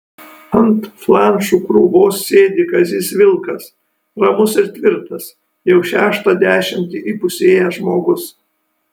ant flanšų krūvos sėdi kazys vilkas ramus ir tvirtas jau šeštą dešimtį įpusėjęs žmogus